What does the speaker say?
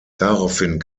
daraufhin